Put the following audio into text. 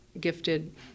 gifted